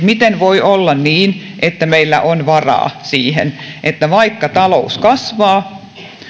miten voi olla niin että meillä on varaa siihen että vaikka talous kasvaa